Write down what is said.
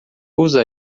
usa